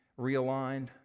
realigned